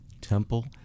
Temple